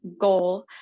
goal